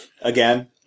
Again